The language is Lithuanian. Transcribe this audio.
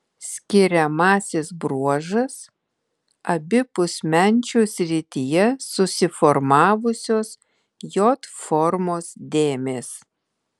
skiriamasis bruožas abipus menčių srityje susiformavusios j formos dėmės